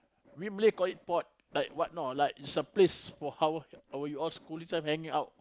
we Malay call it pot like what know like it's a place for how we all schooling some hanging out